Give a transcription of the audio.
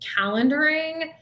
calendaring